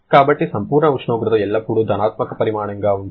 కాబట్టి సంపూర్ణ ఉష్ణోగ్రత ఎల్లప్పుడూ ధనాత్మక పరిమాణంగా ఉంటుంది